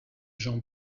jean